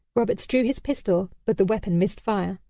roberts drew his pistol but the weapon missed fire.